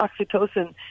oxytocin